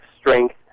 strength